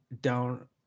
down